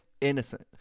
innocent